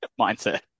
mindset